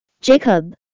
Jacob